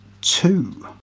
two